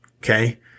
Okay